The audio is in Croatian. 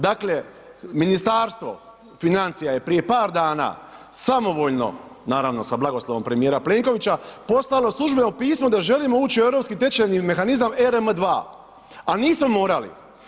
Dakle Ministarstvo financija je prije par dana samovoljno, naravno sa blagoslovom premijera Plenkovića poslalo službeno pismo da želimo ući u europski tečajni mehanizam ERM2 a nismo morali.